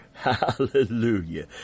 Hallelujah